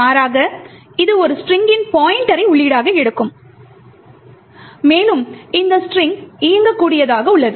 மாறாக இது ஒரு ஸ்ட்ரிங்கின் பாய்ண்ட்டரை உள்ளீடாக எடுக்கும் மேலும் இந்த ஸ்ட்ரிங்க் இயங்கக்கூடியதாக உள்ளது